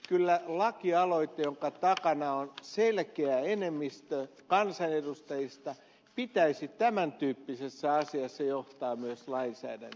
kyllä lakialoitteen jonka takana on selkeä enemmistö kansanedustajista pitäisi tämäntyyppisessä asiassa myös johtaa lainsäädäntöön